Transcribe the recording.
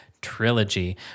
trilogy